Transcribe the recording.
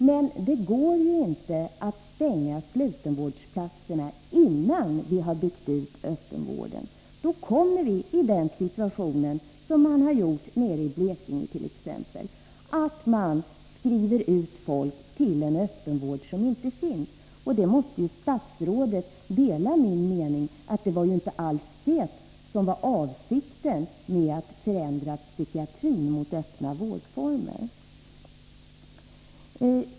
Men det går inte att stänga slutenvårdsplatserna innan vi har byggt ut öppenvården. Då kommer vi i den situation som man har hamnat it.ex. nere i Blekinge, nämligen att man skriver ut folk till en öppenvård som inte finns. I fråga om detta måste statsrådet dela min uppfattning att detta inte alls var avsikten när man förändrade psykiatrin mot öppna vårdformer.